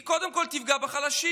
היא קודם כול תפגע בחלשים.